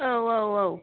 औ औ औ